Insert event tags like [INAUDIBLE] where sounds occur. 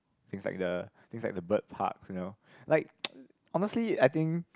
things like the things like the bird parks you know like [NOISE] honestly I think